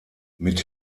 mit